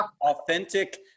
Authentic